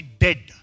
dead